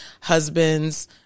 husbands